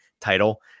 title